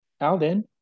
Alden